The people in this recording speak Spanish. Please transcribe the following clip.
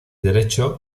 derecho